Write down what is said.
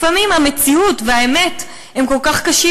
לפעמים המציאות והאמת הן כל כך קשות,